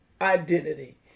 identity